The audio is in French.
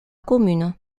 commune